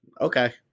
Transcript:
Okay